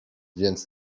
więc